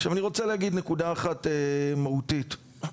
אגב,